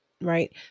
right